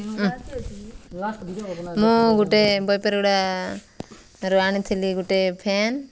ମୁଁ ଗୋଟେ ବପାର ଗଡ଼ାରୁ ଆଣିଥିଲି ଗୋଟେ ଫ୍ୟାନ୍